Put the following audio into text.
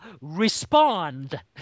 respond